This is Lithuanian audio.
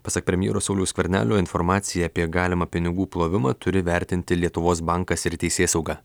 pasak premjero sauliaus skvernelio informacija apie galimą pinigų plovimą turi vertinti lietuvos bankas ir teisėsauga